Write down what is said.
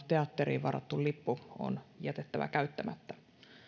teatteriin varattu lippu on jätettävä käyttämättä